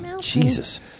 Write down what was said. Jesus